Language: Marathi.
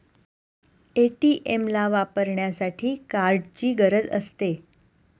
ए.टी.एम ला वापरण्यासाठी कार्डची गरज असते